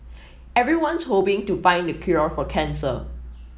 everyone's hoping to find the cure for cancer